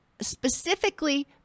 specifically